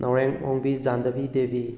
Naorem Ongbi Jandabi Devi